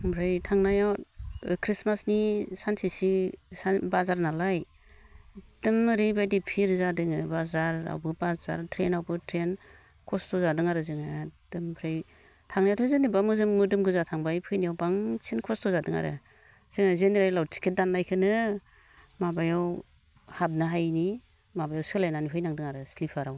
ओमफ्राय थांनाया ख्रिस्टमासनि सानसे सिगां बाजार नालाय एगदम ओरैबादि भिर जादोङो बाजारावबो बाजार ट्रेनावबो ट्रेन खस्थ' जादों आरो जों एगदम ओमफ्राय थांनायाथ' जेन'बा मोदोम गोजा थांबाय फैनायाव बांसिन खस्थ' जादों आरो जोङो जेनेरेलाव टिकेट दाननायखोनो माबायाव हाबनो हायिनि माबायाव सोलायनानै फैनांदों आरखि स्लिफाराव